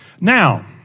Now